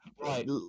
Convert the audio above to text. Right